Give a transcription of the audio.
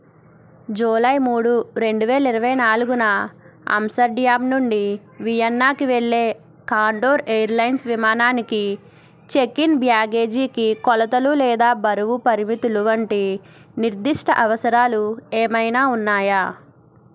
July మూడు రెండు వేల ఇరవై నాలుగున అంస్టర్డామ్ నుండి వియన్నాకి వెళ్ళే కార్ డోర్ ఎయిర్లైన్స్ విమానానికి చెక్ ఇన్ బ్యాగేజీకి కొలతలు లేదా బరువు పరిమితులు వంటి నిర్దిష్ట అవసరాలు ఏమైనా ఉన్నాయా